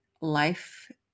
life